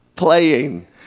playing